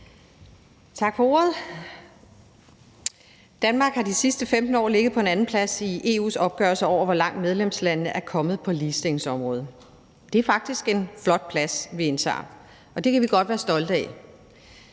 Tak for ordet. Danmark har de sidste 15 år ligget på en andenplads i EU's opgørelse over, hvor langt medlemslandene er kommet på ligestillingsområdet. Det er faktisk en flot plads, vi indtager, og det kan vi godt være stolte af.